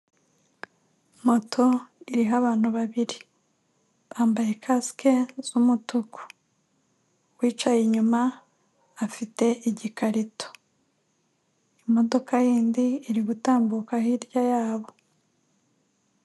Moto iriho abantu babiri bambaye kasike z'umutuku, uwicaye inyuma afite igikarito, imodoka yindi iri gutambuka hirya yabo.